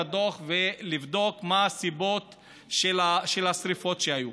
הדוח ולבדוק מה הסיבות של השרפות שהיו.